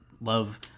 love